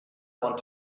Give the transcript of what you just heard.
want